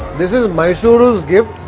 this is mysuru's gift.